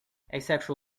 asexual